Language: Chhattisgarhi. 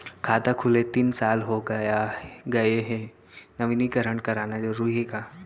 खाता खुले तीन साल हो गया गये हे नवीनीकरण कराना जरूरी हे का?